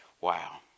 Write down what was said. Wow